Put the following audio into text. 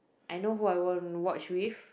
I know who I want watch with